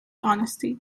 honesty